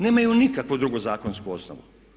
Nemaju nikakvu drugu zakonsku osnovu.